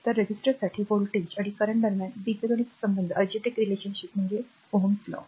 तर रेझिस्टरसाठी व्होल्टेज आणि चालू दरम्यानचा बीजगणित संबंध म्हणजे Ω कायदा